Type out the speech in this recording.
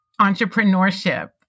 entrepreneurship